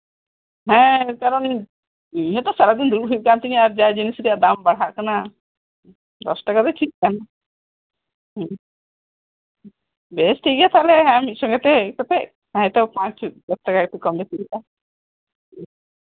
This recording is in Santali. ᱦᱮᱸ ᱠᱟᱨᱚᱱ ᱤᱧ ᱦᱚᱛᱚ ᱥᱟᱨᱟᱫᱤᱱ ᱫᱩᱲᱩᱵ ᱦᱩᱭᱩᱜ ᱠᱟᱱ ᱛᱤᱧᱟ ᱡᱟ ᱡᱤᱱᱤᱥ ᱨᱮᱭᱟᱜ ᱫᱟᱢ ᱵᱟᱲᱦᱟᱜ ᱠᱟᱱᱟ ᱫᱚᱥ ᱴᱟᱠᱟ ᱫᱚ ᱪᱮᱫ ᱠᱟᱱᱟ ᱦᱮᱸ ᱵᱮᱥ ᱴᱷᱤᱠ ᱜᱮᱭᱟ ᱛᱟᱦᱚᱞᱮ ᱢᱤᱫ ᱥᱚᱝᱜᱮᱛᱮ ᱦᱮᱡ ᱠᱟᱛᱮᱜ ᱯᱟᱸᱪ ᱫᱚᱥ ᱴᱟᱠᱟ ᱠᱚᱢ ᱵᱮᱥᱤ ᱞᱮᱠᱟ ᱦᱮᱸ